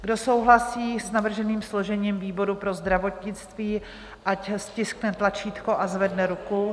Kdo souhlasí s navrženým složením výboru pro zdravotnictví, ať stiskne tlačítko a zvedne ruku.